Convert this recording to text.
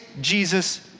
Jesus